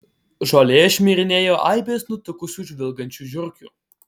žolėje šmirinėjo aibės nutukusių žvilgančių žiurkių